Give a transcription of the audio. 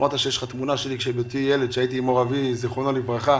אמרת שיש לך תמונה שלי כשהייתי ילד עם אבי זיכרונו לברכה.